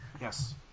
Yes